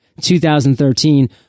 2013